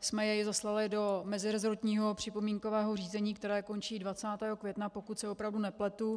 jsme jej zaslali do meziresortního připomínkového řízení, které končí 20. května, pokud se opravdu nepletu.